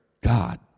God